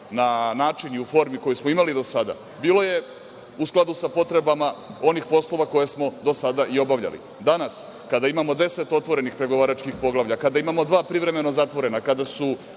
na način i u formi koju smo imali do sada bilo je u skladu sa potrebama onih poslova koje smo do sada i obavljali. Danas kada imamo 10 otvorenih pregovaračkih poglavlja, kada imamo dva privremeno zatvorena, kada su